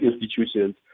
institutions